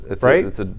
right